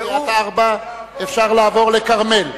מקריית-ארבע אפשר לעבור לכרמל.